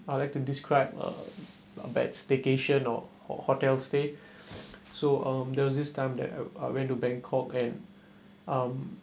I would like to describe uh a bad staycation or or hotel stay so um there was this time that I I went to bangkok and um